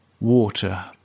water